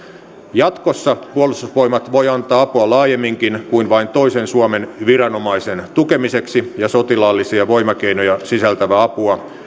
jatkossa puolustusvoimat voi antaa apua laajemminkin kuin vain toisen suomen viranomaisen tukemiseksi ja sotilaallisia voimakeinoja sisältävää apua